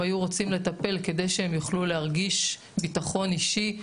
היו רוצים לטפל כדי שהם יוכלו להרגיש בטחון אישי,